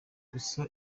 gusa